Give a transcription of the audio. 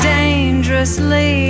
dangerously